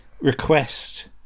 request